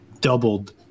doubled